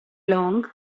long